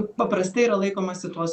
paprastai yra laikomasi tuos